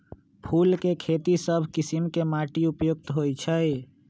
फूल के खेती सभ किशिम के माटी उपयुक्त होइ छइ